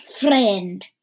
friend